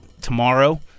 tomorrow